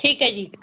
ਠੀਕ ਹੈ ਜੀ